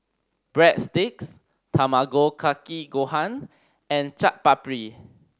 Breadsticks Tamago Kake Gohan and Chaat Papri